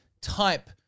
type